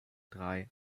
drei